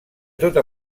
tota